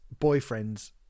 Boyfriends